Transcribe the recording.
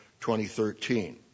2013